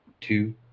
two